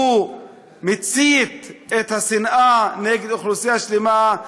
הוא מצית את השנאה נגד אוכלוסייה שלמה.